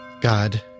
God